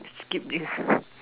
skip this